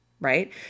right